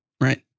Right